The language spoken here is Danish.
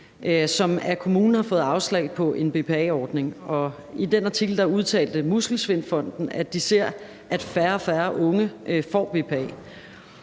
som af kommunen har fået afslag på en BPA-ordning, og i den artikel udtalte Muskelsvindfonden, at de ser, at færre og færre